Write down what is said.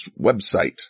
website